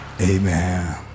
Amen